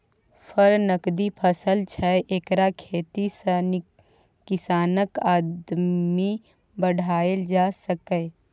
फर नकदी फसल छै एकर खेती सँ किसानक आमदनी बढ़ाएल जा सकैए